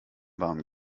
warmen